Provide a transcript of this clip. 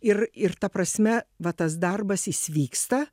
ir ir ta prasme va tas darbas jis vyksta